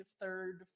third